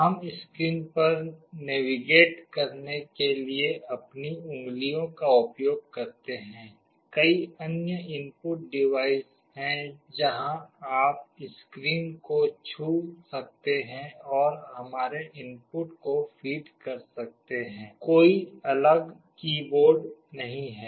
हम स्क्रीन पर नेविगेट करने के लिए अपनी उंगलियों का उपयोग करते हैं कई अन्य इनपुट डिवाइस हैं जहां आप स्क्रीन को छू सकते हैं और हमारे इनपुट को फीड कर सकते हैं कोई अलग कीबोर्ड नहीं है